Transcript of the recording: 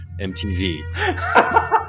MTV